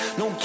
no